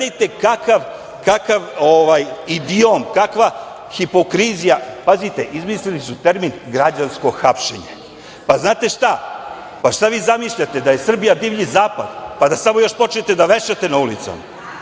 gledajte kakav idiom, kakva hipokrizija, pazite, izmislili su termin - građansko hapšenje. Šta vi zamišljate, da je Srbija Divlji Zapad pa da samo još počnete da vešate na ulicama? Znate